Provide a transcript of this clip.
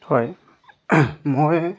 হয় মই